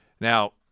Now